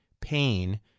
pain